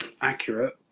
accurate